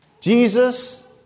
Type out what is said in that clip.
Jesus